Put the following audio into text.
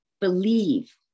Believe